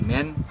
Amen